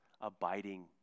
abiding